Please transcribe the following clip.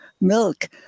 milk